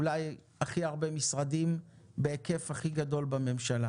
אולי הכי הרבה משרדים בהיקף הכי גדול בממשלה: